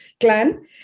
clan